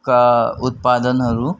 का उत्पादनहरू